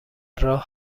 راه